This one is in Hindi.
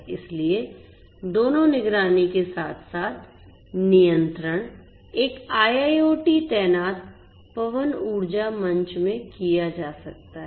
इसलिए दोनों निगरानी के साथ साथ नियंत्रण एक IIoT तैनात पवन ऊर्जा मंच में किया जा सकता है